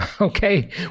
okay